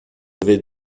vais